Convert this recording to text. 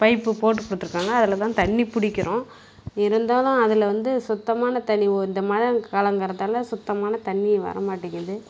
pipe போட்டுக்கொடுத்துருக்காங்க அதில்தான் தண்ணி பிடிக்கிறோம் இருந்தாலும் அதில் வந்து சுத்தமான தண்ணி இந்த மழை காலங்கிறதால சுத்தமான தண்ணி வரமாட்டேங்குது